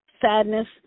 sadness